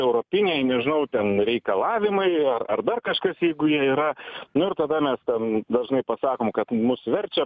europiniai nežinau ten reikalavimai ar dar kažkas jeigu jie yra nu ir tada mes ten dažnai pasakom kad mus verčia